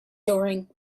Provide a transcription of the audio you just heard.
during